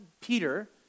Peter